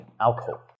alcohol